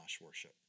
worship